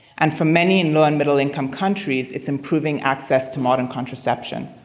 and for many in low and middle-income countries, it's improving access to modern contraception.